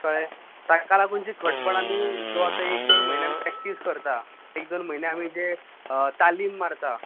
कळ्ळे तांकां लागून जी खटपठ आमी जवळ जवळ एक दोन म्हयने आमी प्रेकटीस करतां एक दोन म्हयने जे आमी तालीम मारता